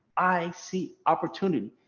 i see opportunity.